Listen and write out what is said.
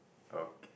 okay